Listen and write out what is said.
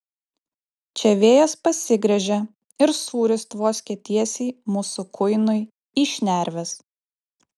čia vėjas pasigręžė ir sūris tvoskė tiesiai mūsų kuinui į šnerves